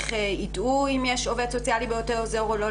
איך יידעו אם יש עובד סוציאלי באותו אזור או לא,